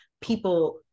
people